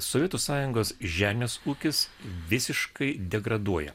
sovietų sąjungos žemės ūkis visiškai degraduoja